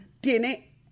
tiene